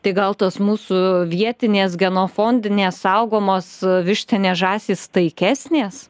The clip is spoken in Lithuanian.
tai gal tos mūsų vietinės genofondinės nesaugomos vištinės žąsys taikesnės